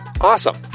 Awesome